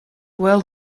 well